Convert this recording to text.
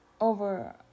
over